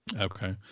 Okay